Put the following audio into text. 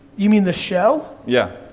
you mean the show? yeah.